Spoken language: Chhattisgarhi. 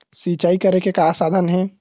सिंचाई करे के का साधन हे?